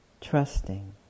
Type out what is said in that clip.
Trusting